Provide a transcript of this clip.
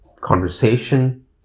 conversation